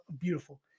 Beautiful